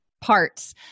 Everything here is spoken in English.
parts